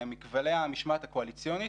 מכבלי המשמעת הקואליציונית